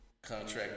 Contract